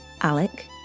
Alec